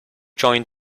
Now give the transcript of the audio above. join